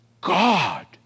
God